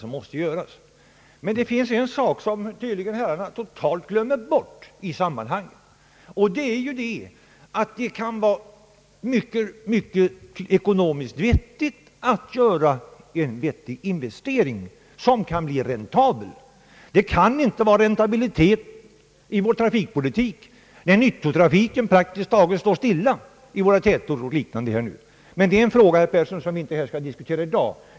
En sak glömmer herrarna tydligen totalt bort i sammanhanget, nämligen att det kan vara ekonomiskt klokt med en vettig investering som kan bli räntabel. Det kan inte vara någon räntabilitet när nyttotrafiken praktiskt taget står stilla i våra tätorter. Men det är en fråga, herr Persson, som vi inte skall diskutera i dag.